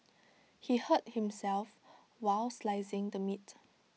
he hurt himself while slicing the meat